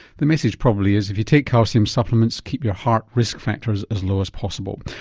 the message probably is if you take calcium supplements keep your heart risk factors as low as possible.